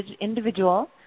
individual